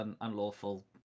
unlawful